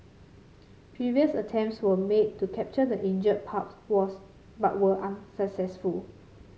previous attempts were made to capture the injured pup was but were unsuccessful